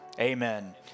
amen